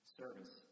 service